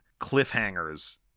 cliffhangers